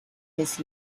his